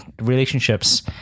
relationships